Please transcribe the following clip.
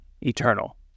eternal